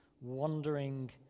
wandering